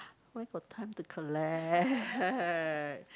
where got time to collect~